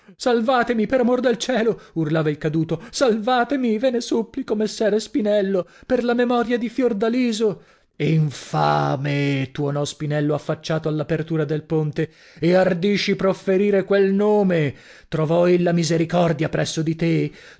salvatemi per amor del cielo urlava il caduto salvatemi ve ne supplico messere spinello per la memoria di fiordaliso infame tuonò spinello affacciato all'apertura del ponte e ardisci profferire quel nome trovò ella misericordia presso di te